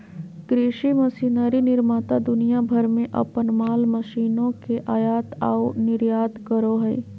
कृषि मशीनरी निर्माता दुनिया भर में अपन माल मशीनों के आयात आऊ निर्यात करो हइ